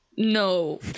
No